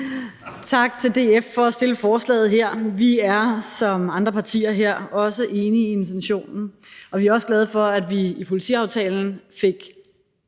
Folkeparti for at stille forslaget her. Vi er som andre partier enige i intentionen. Vi er også glade for, at vi i politiaftalen fik